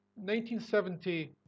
1970